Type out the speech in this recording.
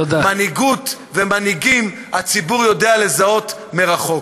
מנהיגות ומנהיגים, הציבור יודע לזהות מרחוק.